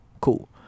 Cool